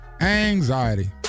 anxiety